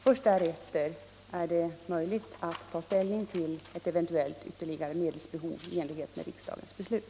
Först därefter är det möjligt att ta ställning till ett eventuellt ytterligare medelsbehov i enlighet med riksdagens beslut.